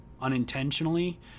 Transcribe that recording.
unintentionally